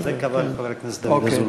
על זה קבל חבר הכנסת אזולאי.